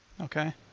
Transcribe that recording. Okay